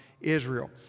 Israel